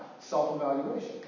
self-evaluation